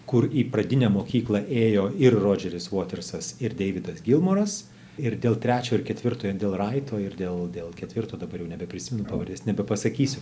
kur į pradinę mokyklą ėjo ir rodžeris votersas ir deividas gilmoras ir dėl trečio ir ketvirto ir dėl raito ir dėl dėl ketvirto dabar jau nebeprisiminė pavardės nepasakysiu